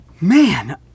Man